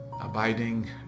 abiding